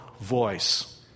voice